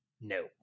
No